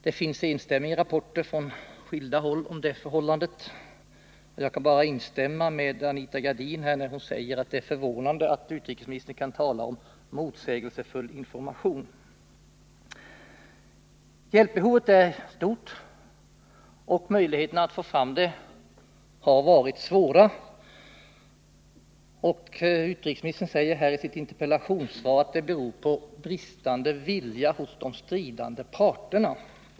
Det föreligger enstämmiga rapporter från skilda håll om detta, och jag kan bara instämma med Anita Gradin när hon säger att det är förvånande att utrikesministern kan tala om motsägelsefull information. Hjälpbehovet är stort, och möjligheterna att få fram hjälpen har varit små. Utrikesministern säger i interpellationssvaret att detta beror på ”bristande vilja hos de stridande parterna”.